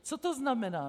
Co to znamená?